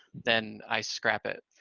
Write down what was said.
then i scrap it.